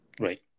Right